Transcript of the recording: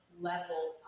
level